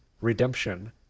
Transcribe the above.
redemption